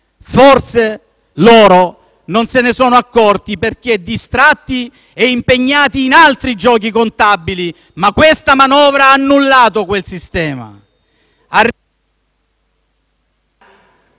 forse non se ne sono accorti, perché distratti e impegnati in altri giochi contabili, ma questa manovra ha annullato quel sistema.